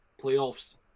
playoffs